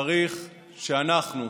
צריך שאנחנו,